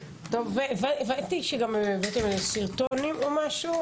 הבנתי שגם הבאתם איזה סרטון או משהו.